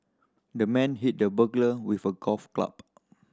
the man hit the burglar with a golf club